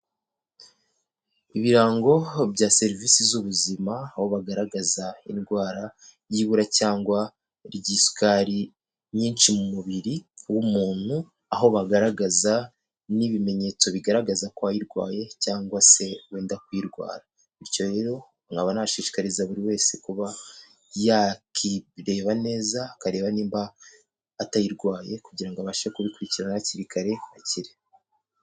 Ibirango bya serivisi z'ubuzima aho bagaragaza indwara y'ibura cyangwa ry'isukari nyinshi mu mubiri w'umuntu, aho bagaragaza n'ibimenyetso bigaragaza ko wayirwaye cyangwa se wenda kuyirwara, bityo rero nkaba nashishikariza buri wese kuba yakireba neza akareba niba atayirwaye kugira ngo abashe kubikurikirana hakiri kare akire.